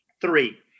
Three